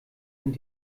sind